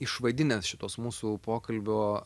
išvadinęs šituos mūsų pokalbio